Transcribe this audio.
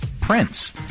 Prince